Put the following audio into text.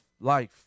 life